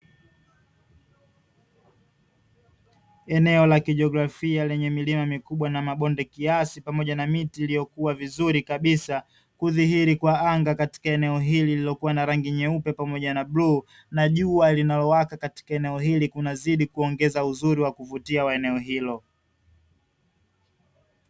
Eneo la kijiografia lenye milima mikubwa na mabonde kiasi pamoja na miti iliyokua vizuri kabisa. Kudhihiri kwa anga katika eneo hili lililokuwa na rangi nyeupe pamoja na bluu na jua linalowaka katika eneo hili kunazidi kuongeza uzuri wa kuvutia wa eneo hilo.